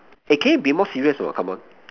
eh can you be more serious or not come on